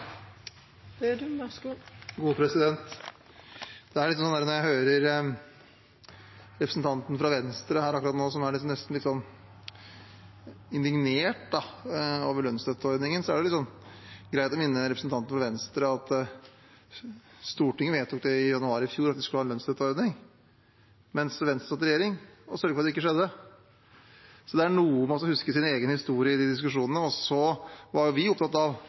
litt indignert over lønnsstøtteordningen, er det greit å minne representanten fra Venstre om at Stortinget i januar i fjor vedtok at man skulle ha en lønnsstøtteordning, mens Venstre satt i regjering og sørget for at det ikke skjedde. Det er noe med å huske sin egen historie i de diskusjonene. Da vi fikk regjeringsmakt og begynte å diskutere lønnstøtteordningen, var vi opptatt av